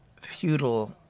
feudal